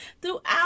throughout